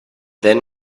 then